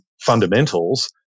fundamentals